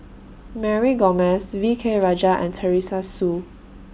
Mary Gomes V K Rajah and Teresa Hsu